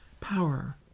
power